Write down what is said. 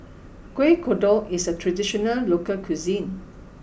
Kuih Kodok is a traditional local cuisine